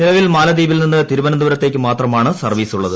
നിലവിൽ മാലിദ്വീപിൽ നിന്ന് തിരുവനന്തപുരത്തേക്ക് മാത്രമാണ് സർവ്വീസുള്ളത്